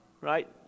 right